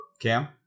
Cam